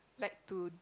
like to